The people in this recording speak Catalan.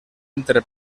entre